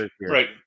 right